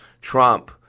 Trump